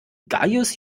gaius